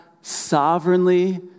sovereignly